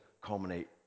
culminate